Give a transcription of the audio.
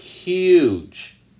Huge